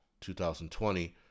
2020